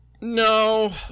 no